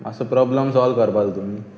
मातसो problem solve करपा जो तुमी